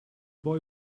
boy